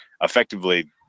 effectively